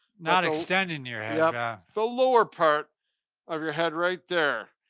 not extending your head. yeah the lower part of your head right there.